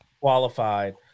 qualified